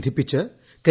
ബന്ധിപ്പിച്ച് കെ